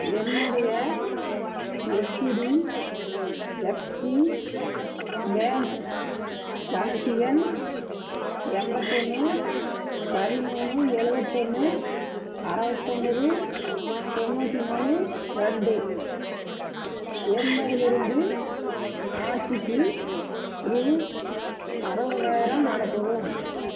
என்னுடைய HDFC bank எண் எண்பத்தொன்னு பதிமூணு எழுவத்தொன்னு அறுபத்தொம்போது தொண்ணூற்றி மூணு ரெண்டு என்பதிலிருந்து ஆச்சிக்கு ரூபா அறுபதாயிரம் அனுப்பவும்